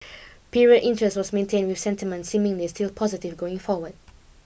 period interest was maintained with sentiment seemingly still positive going forward